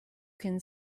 can